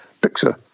picture